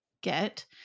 get –